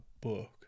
book